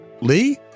Lee